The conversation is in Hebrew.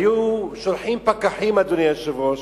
היו שולחים פקחים, אדוני היושב-ראש,